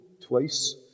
twice